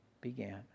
began